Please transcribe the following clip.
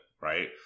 right